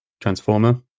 transformer